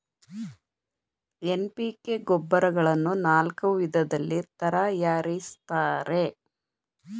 NPK ಗೊಬ್ಬರಗಳನ್ನು ನಾಲ್ಕು ವಿಧದಲ್ಲಿ ತರಯಾರಿಸ್ತರೆ